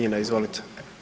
Izvolite.